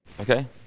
Okay